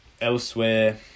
Elsewhere